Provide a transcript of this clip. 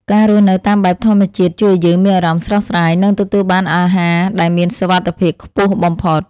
ការរស់នៅតាមបែបធម្មជាតិជួយឱ្យយើងមានអារម្មណ៍ស្រស់ស្រាយ និងទទួលបានអាហារដែលមានសុវត្ថិភាពខ្ពស់បំផុត។